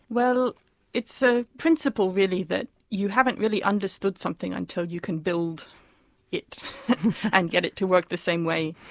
well it's a principle really that you haven't really understood something until you can build it and get it to work the same way.